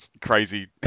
crazy